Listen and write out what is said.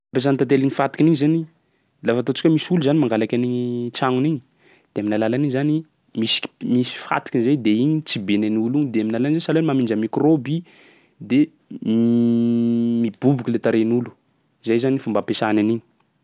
Fampiasan'ny tantely iny fatikiny igny zany lafa ataontsika hoe misy olo zany mangalaky an'igny tragnon'igny, de amin'ny alalan'igny zany misy k- misy fatikiny zay de igny tribihiny an'olo io de amin'ny alalany sahala hoe mamindra mikrôby de miboboky le tarehin'olo. Zay zany fomba ampiasany an'igny.